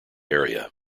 area